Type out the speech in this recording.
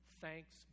Thanks